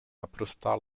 naprostá